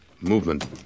Movement